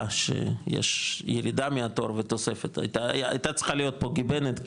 שיש ירידה מהתור ותוספת הייתה צריכה להיות פה גיבנת,